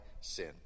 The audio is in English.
sin